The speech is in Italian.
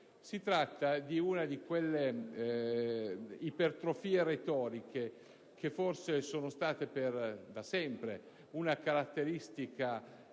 Si tratta di una di quelle ipertrofie retoriche, che forse sono state da sempre una caratteristica